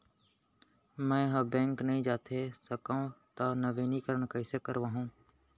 मैं ह बैंक नई जाथे सकंव त नवीनीकरण कइसे करवाहू?